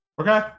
Okay